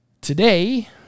today